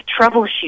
troubleshoot